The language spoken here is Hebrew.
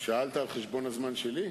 שמונה שנים הייתי באופוזיציה,